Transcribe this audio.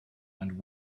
and